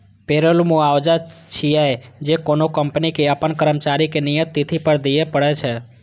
payroll मुआवजा छियै, जे कोनो कंपनी कें अपन कर्मचारी कें नियत तिथि पर दियै पड़ै छै